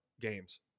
games